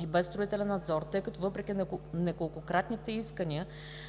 и без строителен надзор, тъй като въпреки неколкократните й искания,